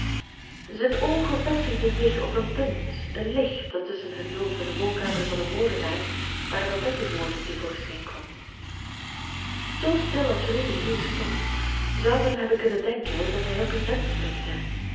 zijn oogen vestigden zich op een punt een licht dat tusschen het loof in de woonkamer van den molenaar waar babette woonde te voorschijn kwam zoo stil als rudy hier stond zou men hebben kunnen denken dat hij op een gems mikte